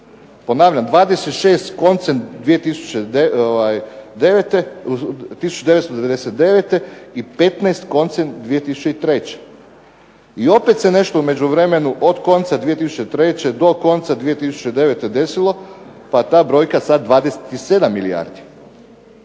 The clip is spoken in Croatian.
Ponavljam, 26 koncem 1999. i 15 koncem 2003. I opet se nešto u međuvremenu, od konca 2003. do konca 2009. desilo pa ta brojka je sad 27 milijardi